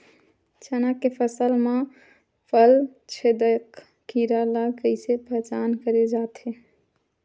चना के फसल म फल छेदक कीरा ल कइसे पहचान करे जाथे?